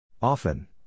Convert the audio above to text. Often